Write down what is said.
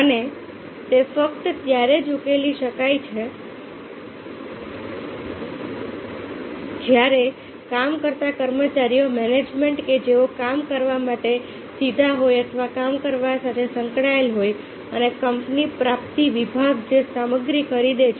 અને તે ફક્ત ત્યારે જ ઉકેલી શકાય છે જ્યારે કામ કરતા કર્મચારીઓ મેનેજમેન્ટ કે જેઓ કામ કરવા માટે સીધા હોય અથવા કામ કરવા સાથે સંકળાયેલા હોય અને કંપની પ્રાપ્તિ વિભાગ જે સામગ્રી ખરીદે છે